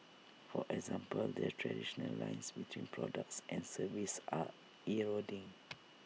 for example the traditional lines between products and services are eroding